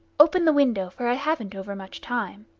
open the window, for i haven't overmuch time.